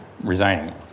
resigning